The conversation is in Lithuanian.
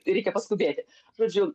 reikia paskubėti žodžiu